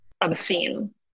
obscene